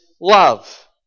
love